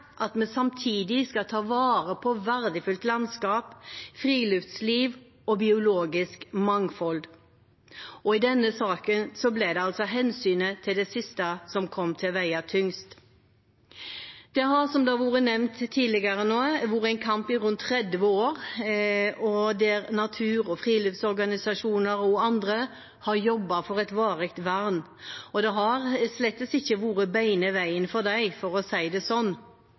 at vi samtidig skal ta vare på verdifullt landskap, friluftsliv og biologisk mangfold. I denne saken ble det altså hensynet til det siste som kom til å veie tyngst. Som det har vært nevnt tidligere nå, har det vært en kamp i rundt 30 år, der natur-, friluftsorganisasjoner og andre har jobbet for et varig vern. Det har slett ikke vært beine veien for dem, for å si det sånn.